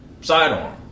sidearm